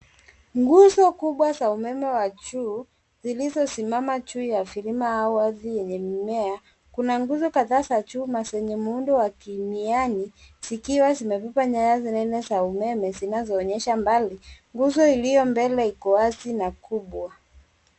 Nguzo kubwa za umeme wa juu zilizosimama juu ya vilima au ardhi yenye mimea. Kuna nguzo kadhaa za chuma zenye muundo wa kimiani zikiwa zimebeba nyaya nene za umeme zinazoonyesha mbali. Nguzo iliyo mbele iko wazi na kubwa.